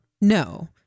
No